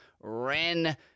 ran